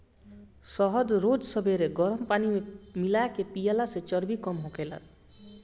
शहद रोज सबेरे गरम पानी में मिला के पियला से चर्बी कम होखेला